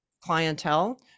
clientele